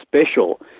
special